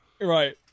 Right